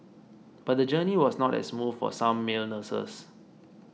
but the journey was not as smooth for some male nurses